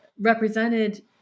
represented